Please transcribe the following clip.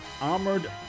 Armored